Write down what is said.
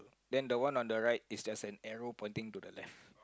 then the one on the right is just an arrow pointing to the left